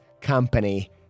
company